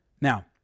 Now